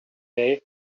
day